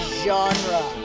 genre